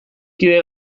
kide